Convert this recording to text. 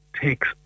takes